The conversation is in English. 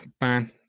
man